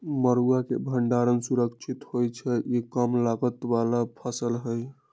मरुआ के भण्डार सुरक्षित होइ छइ इ कम लागत बला फ़सल हइ